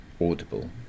audible